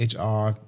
HR